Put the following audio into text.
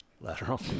Lateral